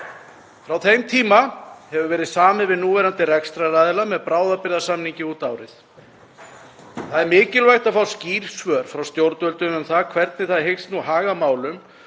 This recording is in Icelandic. Frá þeim tíma hefur verið samið við núverandi rekstraraðila með bráðabirgðasamningi út árið. Það er mikilvægt að fá skýr svör frá stjórnvöldum um það hvernig þau hyggjast haga málum